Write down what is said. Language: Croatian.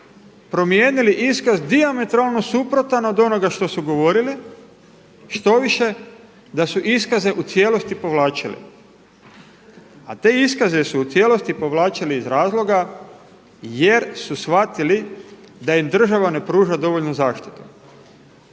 promijenili iskaz dijametralno suprotan od onoga što su govorili, štoviše da su iskaze u cijelosti povlačile. A te iskaze su u cijelosti povlačili iz razloga jer su shvatili da im država ne pruža dovoljnu zaštiti.